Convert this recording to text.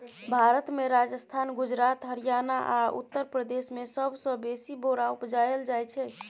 भारत मे राजस्थान, गुजरात, हरियाणा आ उत्तर प्रदेश मे सबसँ बेसी बोरा उपजाएल जाइ छै